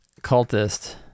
cultist